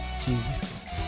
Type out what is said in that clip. Jesus